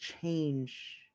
change